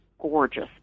gorgeous